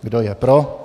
Kdo je pro?